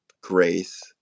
grace